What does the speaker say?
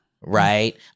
Right